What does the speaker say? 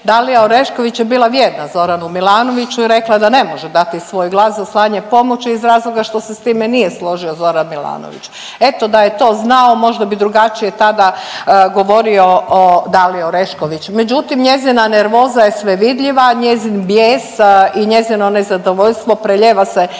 Dalija Orešković je bila vjerna Zoranu Milanoviću i rekla da ne može dati svoj glas za slanje pomoći iz razloga što se s time nije složio Zoran Milanović. Eto da je to znao možda bi drugačije tada govorio o Daliji Orešković. Međutim, njezina nervoza je sve vidljiva, njezin bijes i njezino nezadovoljstvo prelijeva se zaista